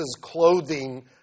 clothing